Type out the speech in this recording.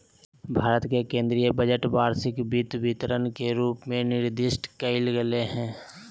भारत के केन्द्रीय बजट वार्षिक वित्त विवरण के रूप में निर्दिष्ट कइल गेलय हइ